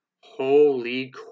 Holy